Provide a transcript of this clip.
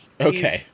Okay